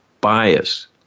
bias